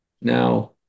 Now